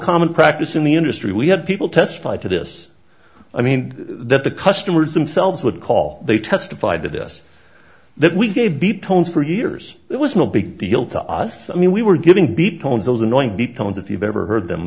common practice in the industry we had people testify to this i mean that the customers themselves would call they testified to this that we gave deep tones for years it was no big deal to us i mean we were getting beat tones those annoying beat tones if you've ever heard them